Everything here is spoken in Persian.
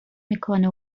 میکنه